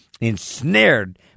ensnared